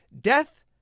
Death